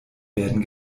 werden